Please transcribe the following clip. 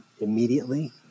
immediately